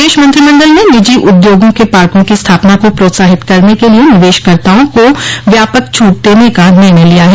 प्रदेश मंत्रिमंडल ने निजी उद्योगों के पार्को की स्थापना को प्रोत्साहित करने के लिए निवेशकर्ताओं को व्यापक छूट देने का निर्णय लिया है